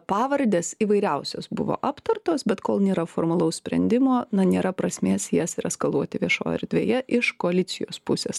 pavardes įvairiausios buvo aptartos bet kol nėra formalaus sprendimo na nėra prasmės jas ir eskaluoti viešojoj erdvėje iš koalicijos pusės